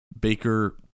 Baker